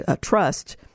trust